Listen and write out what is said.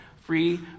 free